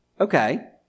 Okay